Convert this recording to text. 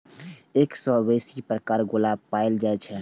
एक सय सं बेसी प्रकारक गुलाब पाएल जाए छै